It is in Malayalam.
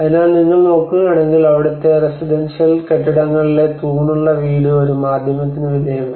അതിനാൽ നിങ്ങൾ നോക്കുകയാണെങ്കിൽ അവിടത്തെ റെസിഡൻഷ്യൽ കെട്ടിടങ്ങളിലെ തൂണുള്ള വീട് ഒരു മാധ്യമത്തിന് വിധേയമായി